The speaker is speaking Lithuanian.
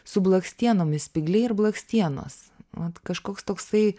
su blakstienomis spygliai ir blakstienos man kažkoks toksai